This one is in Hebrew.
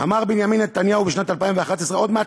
אמר בנימין נתניהו בשנת 2011: עוד מעט